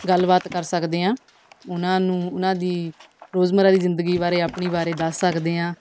ਗੱਲਬਾਤ ਕਰ ਸਕਦੇ ਹਾਂ ਉਹਨਾਂ ਨੂੰ ਉਹਨਾਂ ਦੀ ਰੋਜ਼ਮਰਾਂ ਦੀ ਜ਼ਿੰਦਗੀ ਬਾਰੇ ਆਪਣੀ ਬਾਰੇ ਦੱਸ ਸਕਦੇ ਹਾਂ